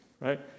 right